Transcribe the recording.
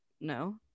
no